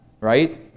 right